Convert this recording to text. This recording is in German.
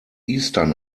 eastern